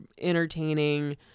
entertaining